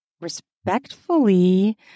Respectfully